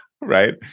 right